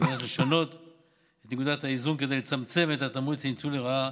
נדרש לשנות את נקודת האיזון כדי לצמצם את התמריץ לניצול לרעה